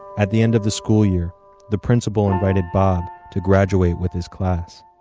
at the end of the school year the principal invited bob to graduate with his class.